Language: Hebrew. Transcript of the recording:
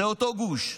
זה אותו גוש.